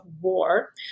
war